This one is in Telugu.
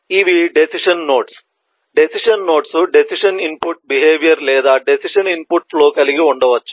ఇవి decision nodes decision nodes decision input behaviour లేదా డెసిషన్ ఇన్పుట్ ఫ్లో కలిగి ఉండవచ్చు